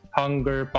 hunger